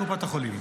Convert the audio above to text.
קופות החולים.